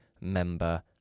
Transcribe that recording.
member